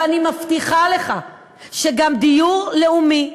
ואני מבטיחה לך שגם דיור לאומי,